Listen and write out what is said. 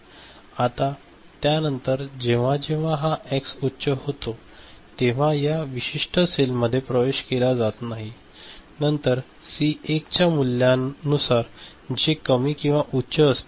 आता त्यानंतर जेव्हा जेव्हा हा एक्स उच्च होतो तेव्हाया विशिष्ट सेलमध्ये प्रवेश केला जात आहे नंतर सी 1 च्या मूल्यानुसार जे कमी किंवा उच्च असते